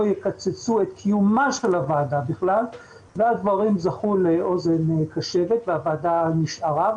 יקצצו את קיומה של הוועדה ואז הדברים זכו לאוזן קשבת והוועדה נשארה.